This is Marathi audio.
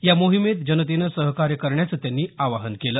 या मोहिमेत जनतेनं सहकार्य करण्याचं त्यांनी आवाहन केलं